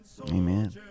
Amen